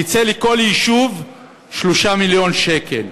יצא לכל יישוב 3 מיליון שקל.